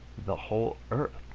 the whole earth!